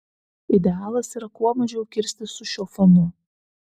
idealas yra kuo mažiau kirstis su šiuo fonu